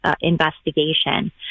investigation